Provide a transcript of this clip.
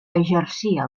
exercia